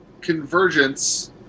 Convergence